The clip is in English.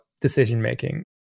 decision-making